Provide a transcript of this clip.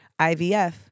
IVF